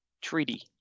Treaty